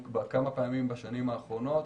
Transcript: הן התעדכנו כבר כמה פעמים בשנים האחרונות.